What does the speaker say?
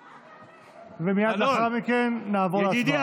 אדוני, ומייד לאחר מכן נעבור להצבעה.